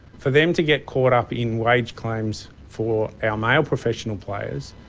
for them to get caught up in wage claims for our male professional players,